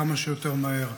כמה שיותר מהר.